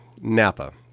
napa